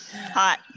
Hot